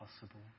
possible